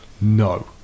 no